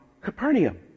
Capernaum